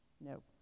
No